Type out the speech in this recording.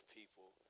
people